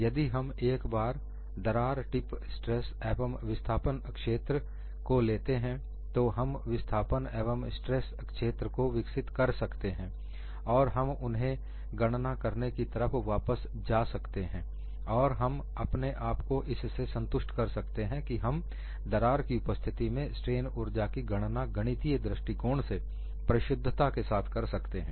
यदि हम एक बार दरार टिप स्ट्रेस एवं विस्थापन क्षेत्र को लेते हैं तो हम विस्थापन एवं स्ट्रेस क्षेत्र को विकसित कर सकते हैं और हम उन्हें गणना करने की तरफ वापस जा सकते हैं और हम अपने आप को इससे संतुष्ट कर सकते हैं कि हम दरार की उपस्थिति में स्ट्रेन ऊर्जा की गणना गणितीय दृष्टिकोण से परिशुद्धता के साथ कर सकते हैं